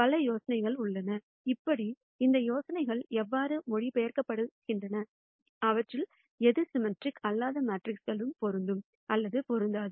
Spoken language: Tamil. பல யோசனைகள் உள்ளன எப்படி இந்த யோசனைகள் எவ்வாறு மொழிபெயர்க்கப்படுகின்றனமாற்றப்படுகின்றன அவற்றில் எது சிம்மெட்ரிக் அல்லாத மேட்ரிக்ஸ்க்குகளுக்கு பொருந்தும் அல்லது பொருந்தாது